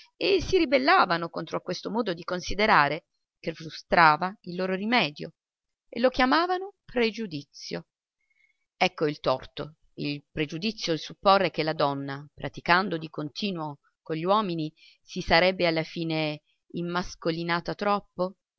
e si ribellavano contro a questo modo di considerare che frustrava il loro rimedio e lo chiamavano pregiudizio ecco il torto pregiudizio il supporre che la donna praticando di continuo con gli uomini si sarebbe alla fine immascolinata troppo